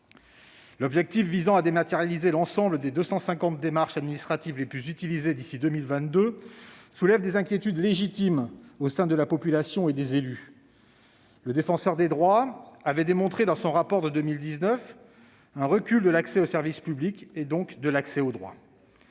L'objectif visant à dématérialiser l'ensemble des 250 démarches administratives les plus utilisées d'ici à 2022 soulève des inquiétudes légitimes au sein de la population et des élus. Le Défenseur des droits avait démontré dans son rapport de 2019 un recul de l'accès aux services publics et donc de l'accès aux droits.